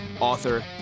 author